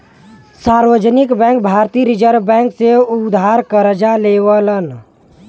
सार्वजनिक बैंक भारतीय reserve bank से उधार करजा लेवलन